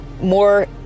more